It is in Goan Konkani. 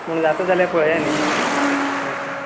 पूण जाता जाल्यार पळया न्ही मातशें